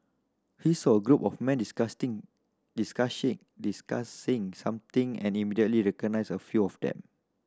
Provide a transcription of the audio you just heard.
he saw a group of men discussing something and immediately recognised a few of them